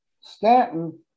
Stanton